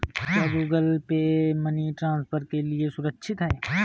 क्या Google Pay money transfer के लिए सुरक्षित है?